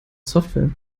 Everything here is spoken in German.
software